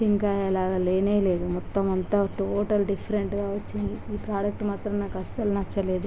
sync అయ్యేలాగా లేనేలేదు మొత్తం అంతా టోటల్ డిఫరెంట్గా వచ్చింది ఈ ప్రొడెక్టు మాత్రం నాకు అస్సలు నచ్చలేదు